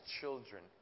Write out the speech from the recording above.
children